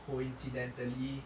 coincidentally